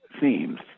themes